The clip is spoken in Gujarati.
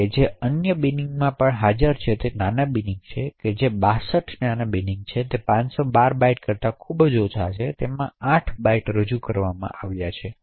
હવે જે અન્ય બિનિંગઓ હાજર છે તે નાના બિનિંગ છે ત્યાં 62 નાના બિનિંગઓ છે જે 512 બાઇટ કરતા ઓછા છે અને તેમાં 8 બાઇટ્સ રજૂ કરવામાં આવ્યા છે